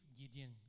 Gideon